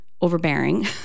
overbearing